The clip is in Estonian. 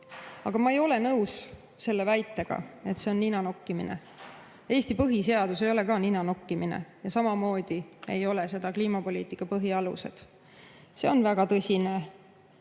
Aga ma ei ole nõus väitega, et see on nina nokkimine. Eesti põhiseadus ei ole ka nina nokkimine, samamoodi ei ole seda kliimapoliitika põhialused. See on väga tõsine,